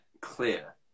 clear